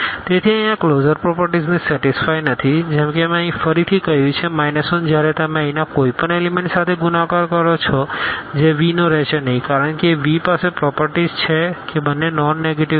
તેથી અહીં આ કલોઝર પ્રોપરટીઝથી સેટીસફાઈ નથી જેમ કે મેં અહીં ફરીથી કહ્યું છે 1 જ્યારે તમે અહીંના કોઈપણ એલીમેન્ટ સાથે ગુણાકાર કરો છો જે Vનો રહેશે નહીં કારણ કે V પાસે પ્રોપરટીઝ છે કે બંને નોન નેગેટીવ છે